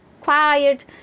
quiet